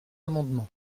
amendements